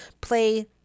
play